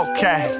Okay